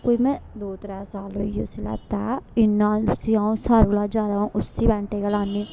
कोई में दो त्रै साल होई गे उसी लैतै इ'न्ना उसी आ'ऊं सारे कोला ज्यादा आ'ऊं उसी पैंटे गै लान्नी